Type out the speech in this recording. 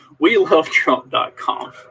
WeLoveTrump.com